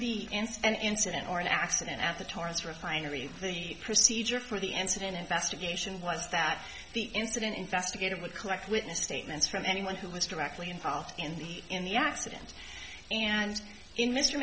the ins and incident or an accident at the torrance refinery the procedure for the incident investigation was that the incident investigated would collect witness statements from anyone who was directly involved in the in the accident and in m